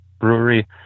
brewery